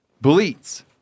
Bleats